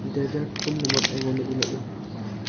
dessert ꯄꯨꯝꯅꯃꯛ ꯑꯩꯉꯣꯟꯗ ꯎꯠꯂꯛꯎ